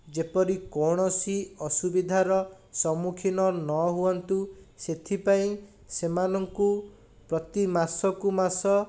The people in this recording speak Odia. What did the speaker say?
ଯେପରି କୌଣସି ଅସୁବିଧାର ସମ୍ମୁଖୀନ ନହୁଅନ୍ତୁ ସେଥିପାଇଁ ସେମାନଙ୍କୁ ପ୍ରତି ମାସକୁ ମାସ